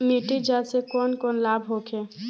मिट्टी जाँच से कौन कौनलाभ होखे?